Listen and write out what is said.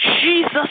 Jesus